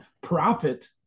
profit